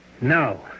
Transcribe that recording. No